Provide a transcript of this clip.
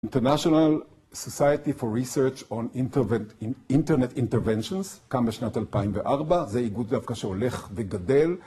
International Society for Research on Internet Interventions, קם בשנת 2004, זה איגוד דווקא שהולך וגדל.